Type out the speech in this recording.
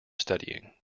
studying